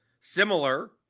similar